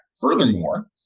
furthermore